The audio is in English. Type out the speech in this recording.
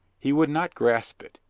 he would not grasp it,